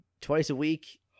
twice-a-week